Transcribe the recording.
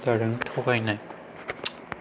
जादों थगायनाय